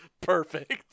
perfect